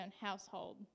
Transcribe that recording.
household